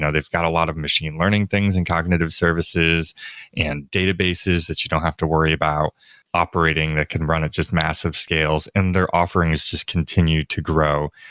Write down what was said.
so they've got a lot of machine learning things and cognitive services and databases that you don't have to worry about operating that can run at just massive scales, and their offerings just continue to grow.